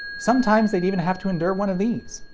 sometimes they'd even have to endure one of these.